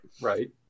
Right